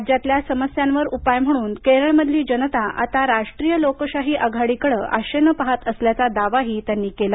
राज्यातल्या समस्यांवर उपाय म्हणून केरळमधली जनता आता राष्ट्रीय लोकशाही आघाडीकडं आशेनं पहात असल्याचा दावाही त्यांनी केला